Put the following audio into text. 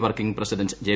working president J